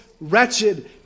wretched